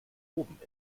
oben